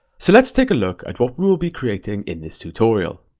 so let's take a look at what we'll be creating in this tutorial.